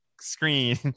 screen